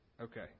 Okay